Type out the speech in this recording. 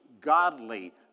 godly